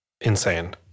insane